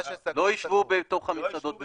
לא יישבו בתוך המסעדות בפנים.